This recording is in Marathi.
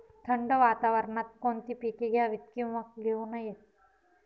थंड वातावरणात कोणती पिके घ्यावीत? किंवा घेऊ नयेत?